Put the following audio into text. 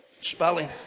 spelling